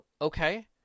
Okay